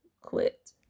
quit